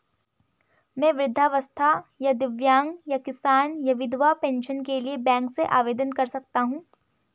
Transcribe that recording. मैं वृद्धावस्था या दिव्यांग या किसान या विधवा पेंशन के लिए बैंक से आवेदन कर सकता हूँ?